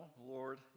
Lord